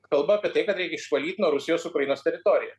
kalba apie tai kad reikia išvalyt nuo rusijos ukrainos teritoriją